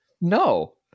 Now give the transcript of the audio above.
No